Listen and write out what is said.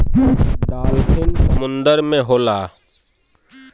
dolphin समुंदर में होला